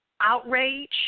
Outrage